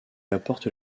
apporte